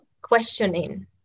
questioning